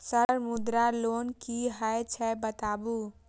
Sir Mudra loan की हे छे बताबू?